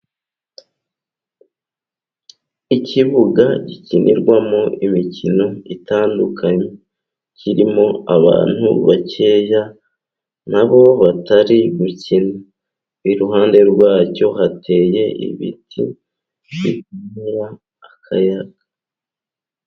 Ikibuga gikinirwamo imikino itandukanye, kirimo abantu bakeya nabo batari gukina, iruhande rwacyo hateye ibiti bikurura akayaga.